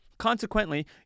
Consequently